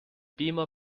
beamer